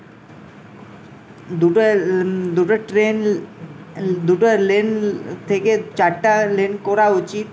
দুটো দুটো ট্রেন দুটো লেন থেকে চারটা লেন করা উচিত